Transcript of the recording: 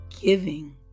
giving